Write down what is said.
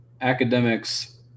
academics